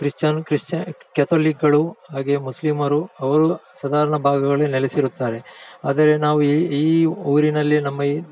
Christian ಕ್ರಿಶ್ಚ ಕ್ಯಾತೋಲಿಕ್ಗಳು ಹಾಗೇ ಮುಸ್ಲಿಮರು ಅವರು ಸಾಧಾರ್ಣ ಭಾಗಗಳಲ್ಲಿ ನೆಲೆಸಿರುತ್ತಾರೆ ಆದರೆ ನಾವು ಈ ಈ ಊರಿನಲ್ಲಿ ನಮ್ಮ ಈ